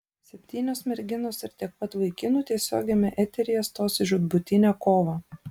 septynios merginos ir tiek pat vaikinų tiesiogiame eteryje stos į žūtbūtinę kovą